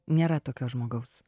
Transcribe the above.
nėra tokio žmogaus